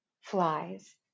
flies